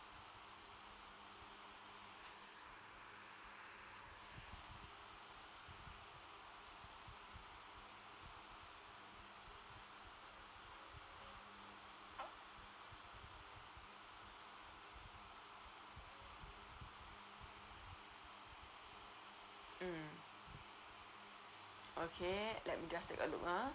mm okay let me just take a look ah